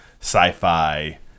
sci-fi